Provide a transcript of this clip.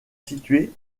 situé